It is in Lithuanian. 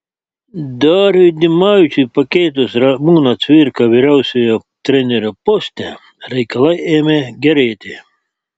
dariui dimavičiui pakeitus ramūną cvirką vyriausiojo trenerio poste reikalai ėmė gerėti